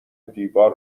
دیوار